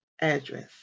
address